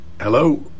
Hello